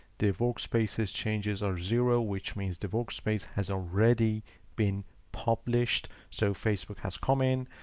the workspaces changes are zero which means the workspace has already been published. so facebook has come in,